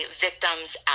victim's